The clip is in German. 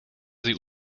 sie